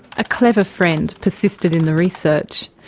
a clever friend persisted in the research,